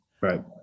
right